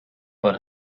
but